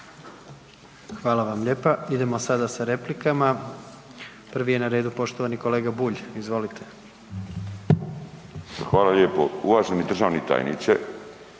Hvala vam lijepa. Idemo sada sa replikama. Prvi je na redu poštovani kolega Bulj, izvolite. **Bulj, Miro (MOST)** Hvala lijepo. Uvaženi državni tajniče,